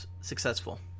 successful